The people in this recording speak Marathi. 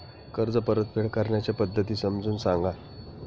कर्ज परतफेड करण्याच्या पद्धती समजून सांगा